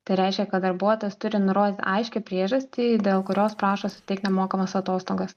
tai reiškia kad darbuotojas turi nurodyt aiškią priežastį dėl kurios prašo suteikt nemokamas atostogas